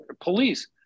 police